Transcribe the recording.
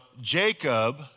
Jacob